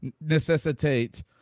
necessitate